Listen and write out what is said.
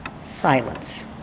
Silence